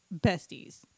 besties